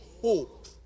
hope